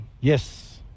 Yes